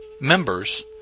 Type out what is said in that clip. members